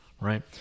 right